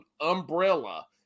umbrella